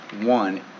one